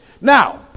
Now